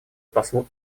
послу